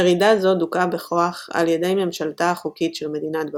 מרידה זו דוכאה בכוח על ידי ממשלתה החוקית של מדינת בוואריה,